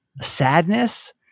sadness